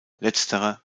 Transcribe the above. letzterer